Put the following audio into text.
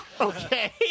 Okay